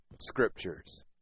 Scriptures